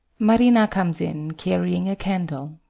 marina comes in carrying a candle.